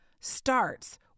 starts